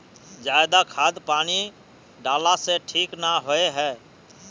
ज्यादा खाद पानी डाला से ठीक ना होए है?